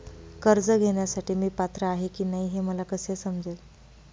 कर्ज घेण्यासाठी मी पात्र आहे की नाही हे मला कसे समजेल?